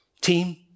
Team